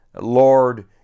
Lord